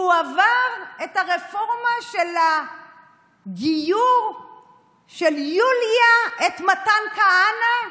שהוא עבר את הרפורמה של הגיור של יוליה את מתן כהנא?